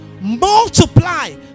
Multiply